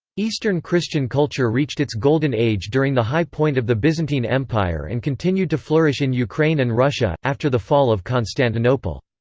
eastern christian culture reached its golden age during the high point of the byzantine empire and continued to flourish in ukraine and russia, after the fall of constantinople.